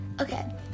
Okay